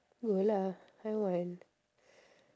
go lah I want